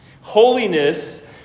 Holiness